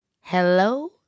Hello